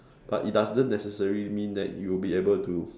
but it doesn't necessary mean that you'll able to